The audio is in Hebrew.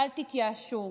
אל תתייאשו,